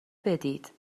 بدید